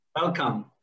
Welcome